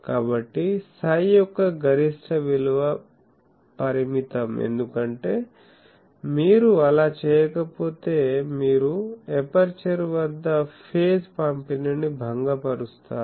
కాబట్టి సై యొక్క గరిష్ట విలువ పరిమితం ఎందుకంటే మీరు అలా చేయకపోతే మీరు ఎపర్చరు వద్ద ఫేజ్ పంపిణీని భంగపరుస్తారు